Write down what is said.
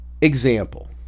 example